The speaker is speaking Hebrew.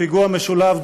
פיגוע משולב,